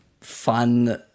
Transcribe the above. fun